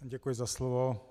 Děkuji za slovo.